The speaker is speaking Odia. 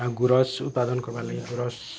ଆଉ ଗୁରସ ଉତ୍ପାଦନ କରିବା ଲାଗି ଗୁରସ